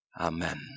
Amen